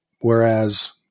whereas